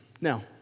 Now